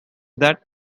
that